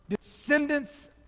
descendants